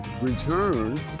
return